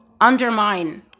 undermine